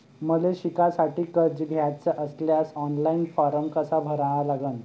मले शिकासाठी कर्ज घ्याचे असल्यास ऑनलाईन फारम कसा भरा लागन?